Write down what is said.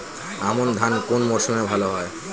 আমন ধান কোন মরশুমে ভাল হয়?